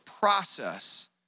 process